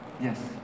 Yes